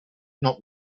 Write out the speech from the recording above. not